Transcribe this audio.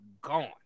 gone